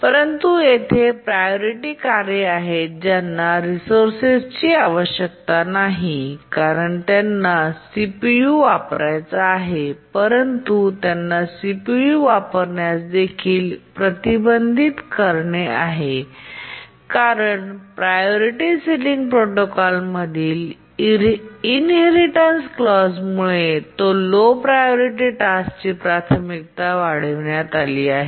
परंतु तेथे प्रायोरिटी कार्ये आहेत ज्यांना रिसोर्सची आवश्यकता नाही कारण त्यांना सीपीयू वापरायचा आहे परंतु त्यांना सीपीयू वापरण्यास देखील प्रतिबंधित आहे कारण प्रायोरिटी सिलिंग प्रोटोकॉलमधील इनहेरिटेन्स क्लॉज मुळे लो प्रायोरिटी टास्कची प्राथमिकता वाढविण्यात आली आहे